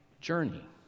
journey